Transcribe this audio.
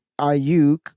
Ayuk